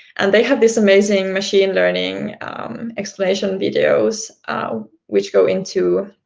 and they have this amazing machine learning explanation videos which go into